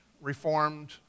reformed